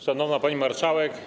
Szanowna Pani Marszałek!